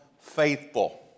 faithful